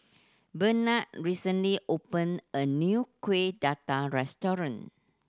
Brennan recently opened a new Kueh Dadar restaurant